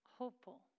Hopeful